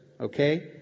Okay